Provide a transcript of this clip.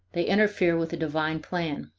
they interfere with a divine plan.